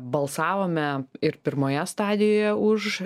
balsavome ir pirmoje stadijoje už